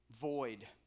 void